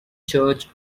church